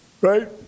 Right